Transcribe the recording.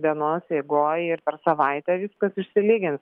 dienos eigoj ir per savaitę viskas išsilygins